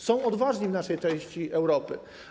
Są odważni w naszej części Europy.